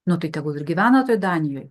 nu tai tegul ir gyvena toj danijoj